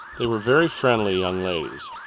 they were very friendly young ladies,